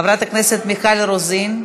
חברת הכנסת מיכל רוזין.